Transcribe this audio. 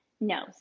no